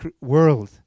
world